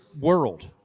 world